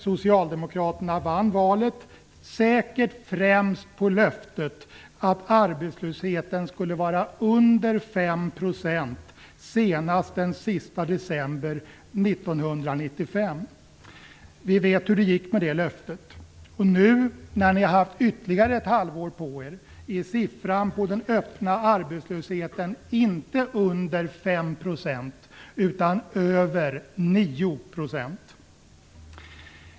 Socialdemokraterna vann valet, säkert främst på löftet att arbetslösheten skulle vara under 5 % senast den sista december 1995. Vi vet hur det gick med det löftet. Nu, när ni har haft ytterligare ett halvår på er, är siffran för den öppna arbetslösheten inte under 5 % utan över 9 %!